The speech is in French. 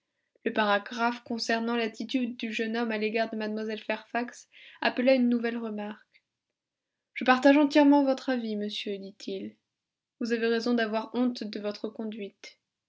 le paragraphe concernant l'attitude du jeune homme à l'égard de mlle fairfax appela une nouvelle remarque je partage entièrement votre avis monsieur dit-il vous avez raison d'avoir honte de votre conduite